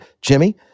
Jimmy